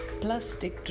plastic